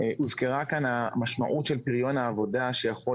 הוזכרה כאן המשמעות של פריון העבודה שיכול